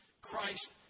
Christ